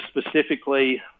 specifically